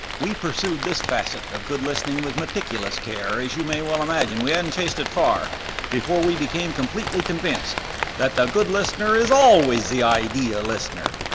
we pursued this facet of good listening with meticulous care as you may well imagine we hadn't chased it far before we became completely convinced that the good listener is always the idea listener.